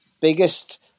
biggest